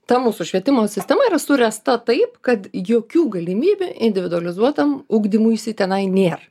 ta mūsų švietimo sistema yra suręsta taip kad jokių galimybių individualizuotam ugdymuisi tenai nėra